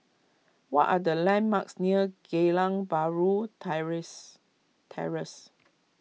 what are the landmarks near Geylang Bahru Terrace Terrace